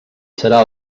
serà